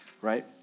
Right